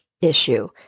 issue